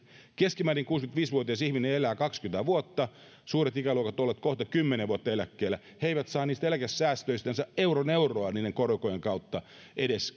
keskimäärin kuusikymmentäviisi vuotias ihminen elää kaksikymmentä vuotta ja suuret ikäluokat ovat olleet kohta kymmenen vuotta eläkkeellä eivätkä he saa eläkesäästöistänsä euron euroa edes korkojen kautta